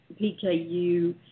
PKU